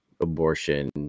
abortion